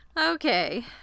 Okay